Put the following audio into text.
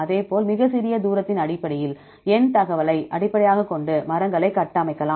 அதேபோல் மிகச்சிறிய தூரத்தின் அடிப்படையில் எண் தகவலை அடிப்படையாக கொண்டு மரங்களை கட்டமைக்கலாம்